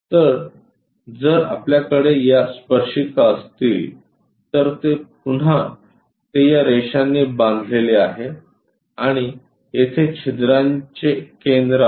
तरजर आपल्याकडे या स्पर्शिका असतील तर पुन्हा ते या रेषांनी बांधलेले आहे आणि येथे छिद्राचे केंद्र आहे